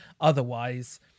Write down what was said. otherwise